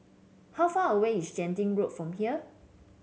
how far away is Genting Road from here